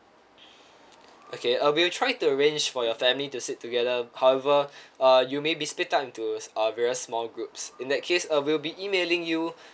okay uh we'll try to arrange for your family to sit together however uh you may be split up into uh various small groups in that case uh we'll be emailing you